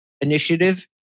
initiative